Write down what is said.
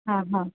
હા હા